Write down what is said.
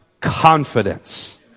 confidence